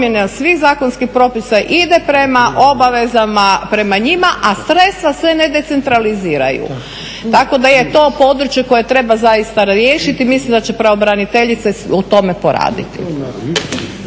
svih zakonskih propisa idu prema njima, a sredstva se ne decentraliziraju. Tako da je to područje koje treba zaista riješiti. Mislim da će pravobraniteljica na tome poraditi.